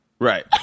Right